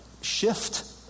shift